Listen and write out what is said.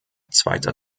zweiter